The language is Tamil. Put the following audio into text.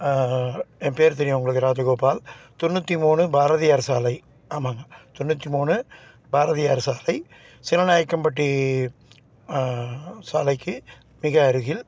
என் பேர் தெரியும் உங்களுக்கு ராஜகோபால் தொண்ணூற்றி மூணு பாரதியார் சாலை ஆமாங்க தொண்ணூற்றி மூணு பாரதியார் சாலை சீலநாயக்கம்பட்டி சாலைக்கு மிக அருகில்